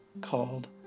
called